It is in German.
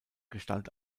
gestalt